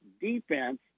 defense